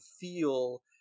feel